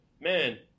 man